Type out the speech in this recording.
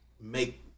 make